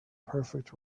perfect